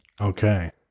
Okay